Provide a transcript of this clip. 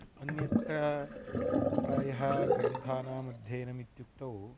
अन्यत्र प्रायः ग्रन्थानामध्ययनमित्युक्तौ